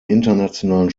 internationalen